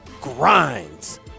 grinds